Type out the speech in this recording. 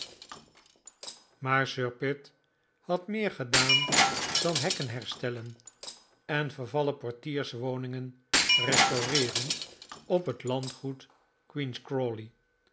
aar sir pitt had meer gedaan dan hekken herstellen en vervallen portierswoningen p rt p restaureeren op het landgoed queen's crawley